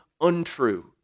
untrue